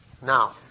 now